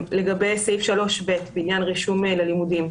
לגבי סעיף (3ב) בעניין רישום ללימודים.